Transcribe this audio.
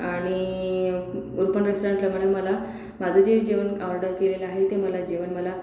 आणि रूपम रेस्टॉरंटला म्हणे मला माझं जे जेवण ऑर्डर केलेलं आहे ते मला जेवण मला